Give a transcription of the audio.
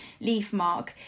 leafmark